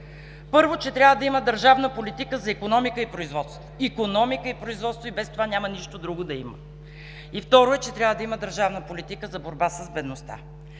Първо, че трябва да има държавна политика за икономика и производство. Икономика и производство и без това няма нищо друго да има! И второ е, че трябва да има държавна политика за борба с бедността.